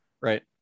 Right